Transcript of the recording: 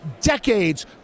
decades